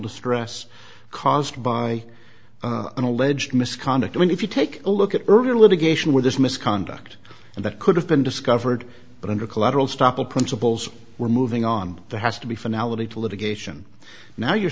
distress caused by an alleged misconduct when if you take a look at earlier litigation with this misconduct and that could have been discovered but under collateral stoppel principles we're moving on the has to be finality to litigation now you're